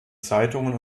zeitungen